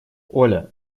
оля